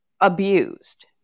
abused